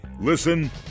Listen